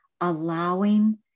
allowing